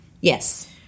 Yes